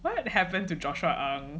what happened to joshua ang